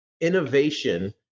innovation